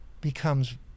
becomes